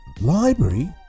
Library